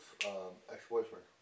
ex-boyfriend